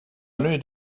nüüd